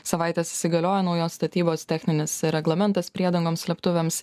savaitės įsigaliojo naujos statybos techninis reglamentas priedangoms slėptuvėms